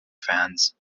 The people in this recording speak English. fans